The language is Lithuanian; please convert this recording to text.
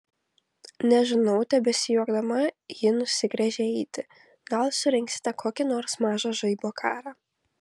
nežinau tebesijuokdama ji nusigręžė eiti gal surengsite kokį nors mažą žaibo karą